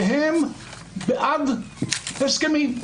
והם בעד הסכמים.